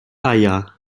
eier